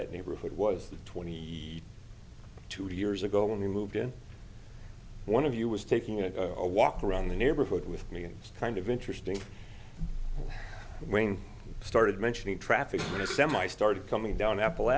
that neighborhood was twenty two years ago when we moved in one of you was taking a walk around the neighborhood with me and kind of interesting when you started mentioning traffic on a semi started coming down apple